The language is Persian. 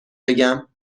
بگم